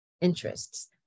interests